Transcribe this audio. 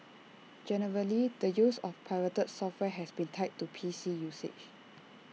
generally the use of pirated software has been tied to P C usage